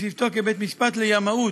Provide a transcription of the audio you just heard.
בשבתו כבית-משפט לימאות,